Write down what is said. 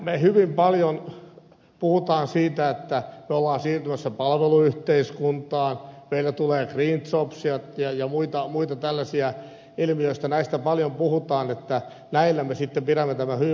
me hyvin paljon puhumme siitä että olemme siirtymässä palveluyhteiskuntaan meille tulee greenjobseja ja muita tällaisia ilmiöitä näistä paljon puhutaan että näillä me sitten pidämme tämän hyvinvointimme yllä